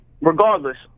regardless